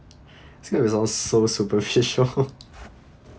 this is all so superficial